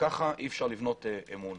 ככה אי-אפשר לבנות אמון.